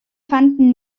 fanden